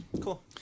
Cool